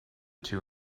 two